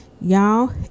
y'all